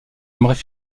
aimerait